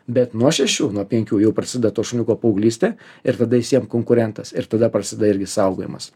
bet nuo šešių nuo penkių jau prasideda to šuniuko paauglystė ir tada jis jiem konkurentas ir tada prasideda irgi saugojimas